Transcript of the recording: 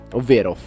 ovvero